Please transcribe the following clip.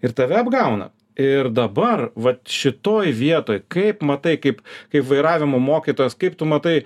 ir tave apgauna ir dabar vat šitoj vietoj kaip matai kaip kaip vairavimo mokytojas kaip tu matai